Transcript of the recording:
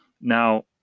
now